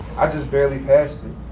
i just barely passed it.